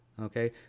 okay